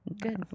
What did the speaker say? Good